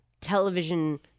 television